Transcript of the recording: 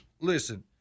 listen